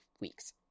weeks